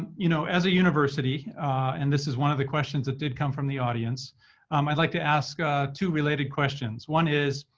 you know as a university and this is one of the questions that did come from the audience um i'd like to ask ah two related questions. one is,